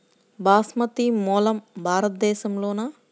బాస్మతి మూలం భారతదేశంలోనా?